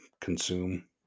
consume